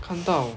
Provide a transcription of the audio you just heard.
看到